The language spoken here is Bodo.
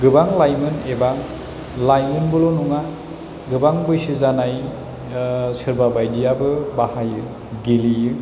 गोबां लाइमोन एबा लाइमोनबोल' नङा गोबां बैसो जानाय सोरबा बायदिआबो बाहायो गेलेयो